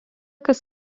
kas